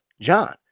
John